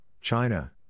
China